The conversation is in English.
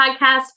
podcast